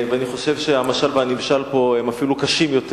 אני חושב שהמשל והנמשל פה הם אפילו קשים יותר.